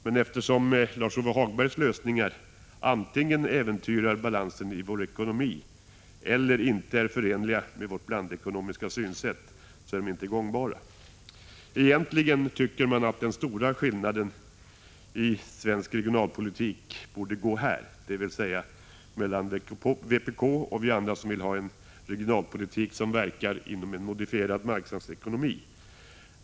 Men eftersom Lars-Ove Hagbergs lösningar antingen äventyrar balansen i vår ekonomi eller inte är förenliga med vårt blandekonomiska synsätt så är de inte gångbara. Egentligen borde den stora skiljelinjen i svensk regionalpolitik gå mellan vpk och vi andra som vill ha en regionalpolitik som verkar inom en modifierad marknadsekonomi.